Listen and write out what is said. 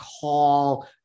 call